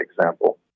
example